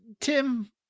Tim